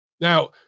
Now